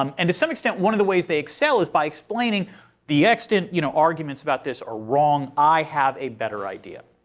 um and to some extent one of the ways they excel is by explaining the extant you know arguments about this are wrong, i have a better idea.